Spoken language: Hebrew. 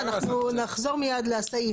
אבל רז, אנחנו נחזור מיד לסעיף.